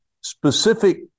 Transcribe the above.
specific